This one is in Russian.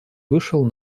вышел